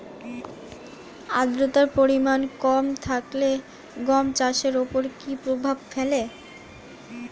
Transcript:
আদ্রতার পরিমাণ কম থাকলে গম চাষের ওপর কী প্রভাব ফেলে?